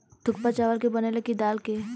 थुक्पा चावल के बनेला की दाल के?